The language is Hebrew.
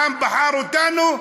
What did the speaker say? העם בחר אותנו?